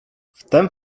wtem